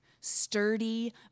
sturdy